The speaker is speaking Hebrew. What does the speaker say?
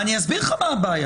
אני אסביר לך מה הבעיה.